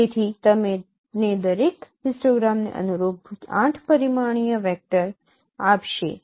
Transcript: તેથી તમને દરેક હિસ્ટોગ્રામને અનુરૂપ 8 પરિમાણીય વેક્ટર આપશે